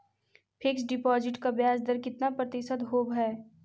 Fix deposit का ब्याज दर कितना प्रतिशत होब है?